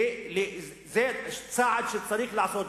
וזה צעד שצריך לעשות,